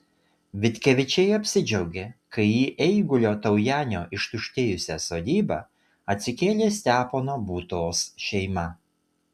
vitkevičiai apsidžiaugė kai į eigulio taujenio ištuštėjusią sodybą atsikėlė stepono būtos šeima